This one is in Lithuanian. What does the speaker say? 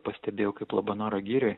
pastebėjau kaip labanoro girioj